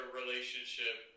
relationship